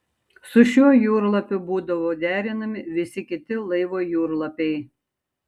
su šiuo jūrlapiu būdavo derinami visi kiti laivo jūrlapiai